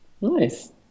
Nice